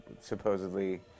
supposedly